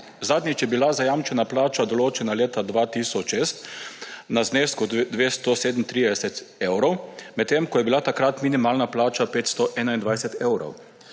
Zadnjič je bila zajamčena plača določena leta 2006 v znesku 237 evrov, medtem ko je bila takrat minimalna plača 521 evrov.